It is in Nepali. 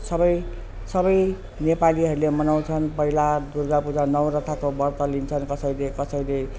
सब सब नेपालीहरूले मनाउँछन् पहिला दुर्गा पूजा नौरथाको व्रत लिन्छन् कसैले कसैले